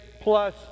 plus